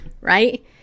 right